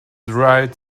dried